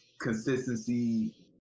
consistency